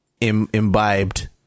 imbibed